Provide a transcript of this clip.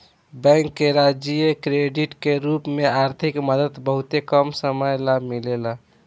bank के जरिया credit के रूप में आर्थिक मदद बहुते कम समय ला मिलेला